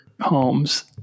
homes